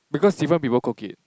because different people cook it